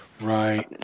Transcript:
right